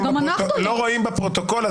לא רואים בפרוטוקול,